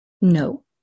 No